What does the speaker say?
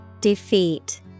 Defeat